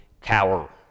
cower